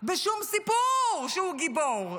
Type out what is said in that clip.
בשום סיפור שהוא גיבור,